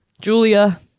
Julia